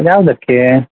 ಯಾವ್ದಕ್ಕೆ